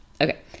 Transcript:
Okay